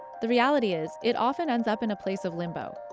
the reality is it often ends up in a place of limbo,